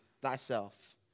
Thyself